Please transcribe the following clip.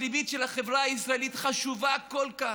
הפנימית של החברה הישראלית חשוב כל כך.